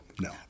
no